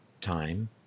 time